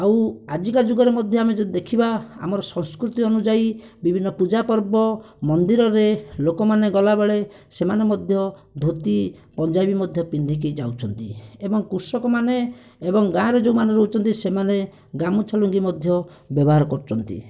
ଆଉ ଆଜିକା ଯୁଗରେ ମଧ୍ୟ ଆମେ ଯଦି ଦେଖିବା ଆମର ସଂସ୍କୃତି ଅନୁଯାୟୀ ବିଭିନ୍ନ ପୂଜାପର୍ବ ମନ୍ଦିରରେ ଲୋକମାନେ ଗଲାବେଳେ ସେମାନେ ମଧ୍ୟ ଧୋତି ପଞ୍ଜାବୀ ମଧ୍ୟ ପିନ୍ଧିକି ଯାଉଛନ୍ତି ଏବଂ କୃଷକମାନେ ଏବଂ ଗାଁରେ ଯେଉଁମାନେ ରହୁଛନ୍ତି ସେମାନେ ଗାମୁଛା ଲୁଙ୍ଗି ମଧ୍ୟ ବ୍ୟବହାର କରୁଛନ୍ତି